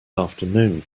afternoon